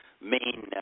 main